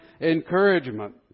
encouragement